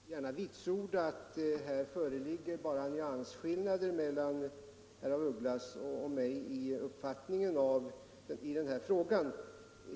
Herr talman! Jag kan gärna vitsorda att i denna fråga föreligger bara nyansskillnader mellan herr af Ugglas och min uppfattning.